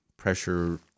pressure